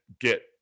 get